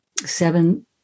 seven